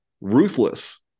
ruthless